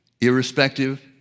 Irrespective